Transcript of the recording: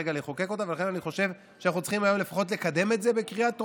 ולכן אני חושב שאנחנו צריכים היום לפחות לקדם את זה בקריאה טרומית.